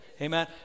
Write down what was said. Amen